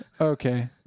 Okay